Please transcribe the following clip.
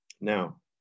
Now